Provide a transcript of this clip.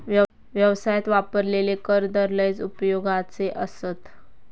व्यवसायात वापरलेले कर दर लयच उपयोगाचे आसत